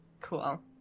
Cool